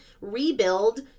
rebuild